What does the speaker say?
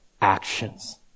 actions